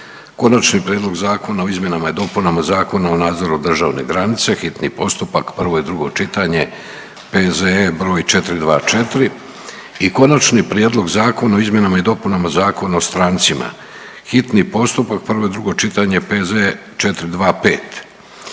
Konačni prijedlog zakona o izmjenama i dopunama Zakona o nadzoru državne granice, hitni postupak, prvo i drugo čitanje, P.Z.E. br. 424. i - Konačni prijedlog zakona o izmjenama i dopunama Zakona o strancima, hitni postupak, prvo i drugo čitanje, P.Z.E.